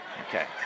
Okay